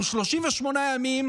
38 ימים